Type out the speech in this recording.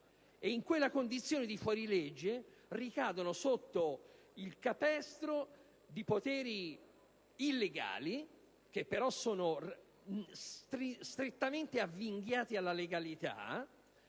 in quella condizione di fuorilegge ricadono sotto il capestro di poteri illegali, che però sono strettamente avvinghiati alla legalità